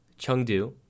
Chengdu